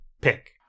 pick